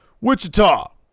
Wichita